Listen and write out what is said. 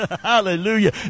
Hallelujah